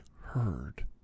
heard